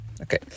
Okay